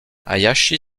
hayashi